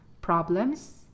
problems